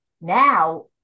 Now